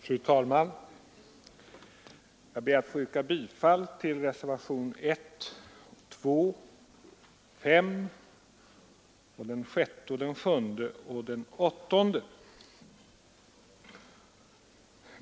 Fru talman! Jag ber att få yrka bifall till reservationerna 1, 2, 5, 6, 7 och 8 a.